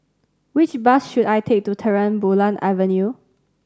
which bus should I take to Terang Bulan Avenue